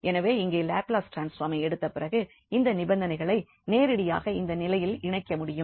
எனவே இங்கே லாப்லஸ் ட்ரான்ஸ்ஃபார்மை எடுத்த பிறகு இந்த நிபந்தனைகளை நேரடியாக இந்த நிலையில் இணைக்க முடியும்